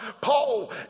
Paul